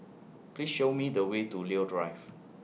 Please Show Me The Way to Leo Drive